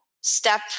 step